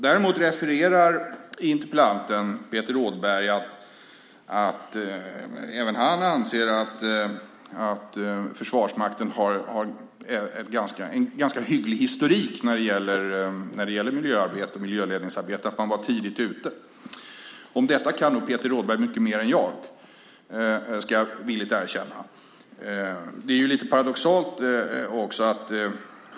Däremot säger interpellanten Peter Rådberg att även han anser att Försvarsmakten har en ganska hygglig historik när det gäller miljöarbete och miljöledningsarbete och att man var tidigt ute. Om detta kan nog Peter Rådberg mycket mer än jag; det ska jag villigt erkänna. Det är också lite paradoxalt här.